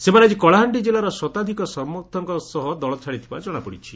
ସେମାନେ ଆଜି କଳାହାଣ୍ଡି ଜିଲ୍ଲାର ଶତାଧିକ ସମର୍ଥକଙ୍ଙ ସହ ଦଳ ଛାଡ଼ିଥିବା ଜଣାପଡ଼ିଛି